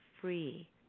free